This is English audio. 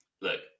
look